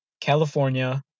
California